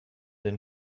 den